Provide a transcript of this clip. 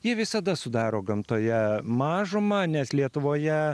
jie visada sudaro gamtoje mažumą nes lietuvoje